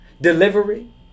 Delivery